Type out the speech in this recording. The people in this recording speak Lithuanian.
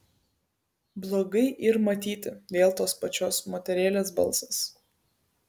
blogai yr matyti vėl tos pačios moterėlės balsas